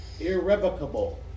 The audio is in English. irrevocable